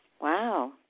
Wow